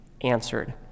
answered